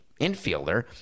infielder